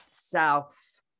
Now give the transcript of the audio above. South